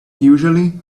usually